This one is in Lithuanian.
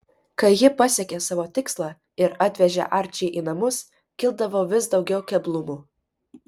kai ji pasiekė savo tikslą ir atvežė arčį į namus kildavo vis daugiau keblumų